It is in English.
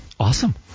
Awesome